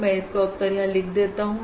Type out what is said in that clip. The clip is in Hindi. मैं इसका उत्तर यहां लिख देता हूं